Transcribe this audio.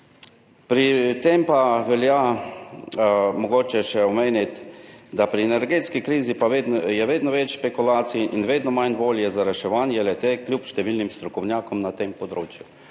Pri tem pa velja mogoče še omeniti, da je pri energetski krizi vedno več špekulacij in vedno manj volje za reševanje le-te, kljub številnim strokovnjakom na tem področju.